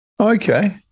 Okay